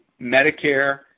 Medicare